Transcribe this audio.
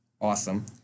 awesome